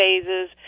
phases